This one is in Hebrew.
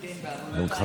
כן, בעוונותיי.